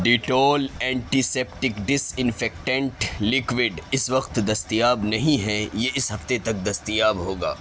Dettol antiseptic disinfectant liquid اس وقت دستیاب نہیں ہے یہ اس ہفتے تک دستیاب ہوگا